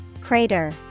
Crater